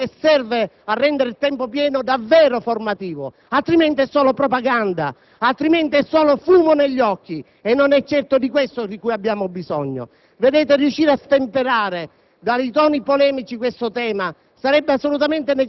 il doppio degli insegnanti e una serie di strutture che serve a rendere il tempo pieno davvero formativo, altrimenti è solo propaganda, altrimenti è solo fumo negli occhi? Non è certo di questo che abbiamo bisogno. Sarebbe davvero necessario riuscire a stemperare